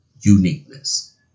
uniqueness